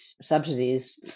subsidies